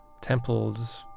temples